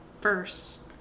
first